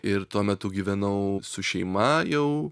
ir tuo metu gyvenau su šeima jau